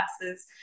classes